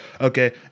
okay